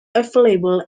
available